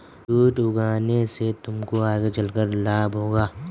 jute उगाने से तुमको आगे चलकर लाभ होगा